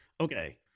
Okay